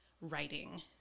writing